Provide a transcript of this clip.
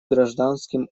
гражданским